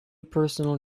personal